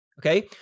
okay